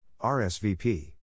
RSVP